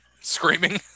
screaming